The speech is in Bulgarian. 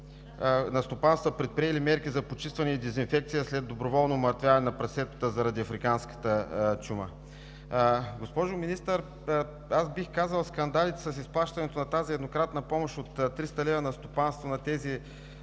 предприели мерки за почистване и дезинфекция след доброволно умъртвяване на прасетата заради африканската чума. Госпожо Министър, бих казал, че скандалите с изплащането на тази еднократна помощ от 300 лв. на стопанство, на